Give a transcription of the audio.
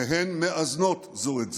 והן מאזנות זו את זו.